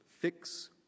fix